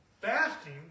Fasting